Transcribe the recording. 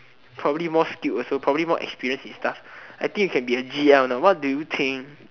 probably more skilled also probably more experienced and stuff I think you can be a g_l you know what do you think